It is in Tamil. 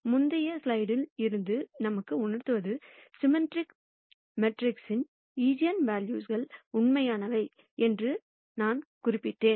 முந்தைய ஸ்லைடில் இருந்து நமக்கு உணர்த்துவது சிம்மெட்ரிக் மேட்ரிக்ஸின் ஈஜென்வெல்யூக்கள் உண்மையானவை என்று நான் குறிப்பிட்டேன்